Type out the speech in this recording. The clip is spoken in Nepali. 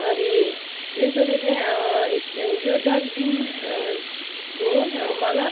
अनि एस्तोले चाहिँ यो डस्टबिनको मतलब